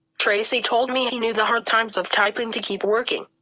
tracy told me he knew the hard times of typing. to keep working.